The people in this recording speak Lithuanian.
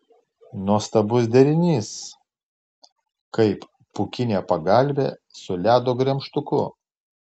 nuostabus derinys kaip pūkinė pagalvė su ledo gremžtuku